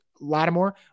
Lattimore